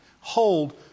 hold